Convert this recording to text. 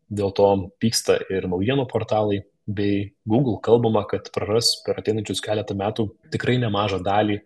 dėl to pyksta ir naujienų portalai bei google kalbama kad praras per ateinančius keletą metų tikrai nemažą dalį